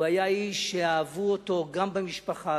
הוא היה איש שאהבו אותו גם במשפחה,